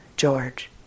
George